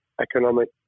economic